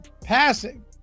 passing